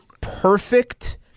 perfect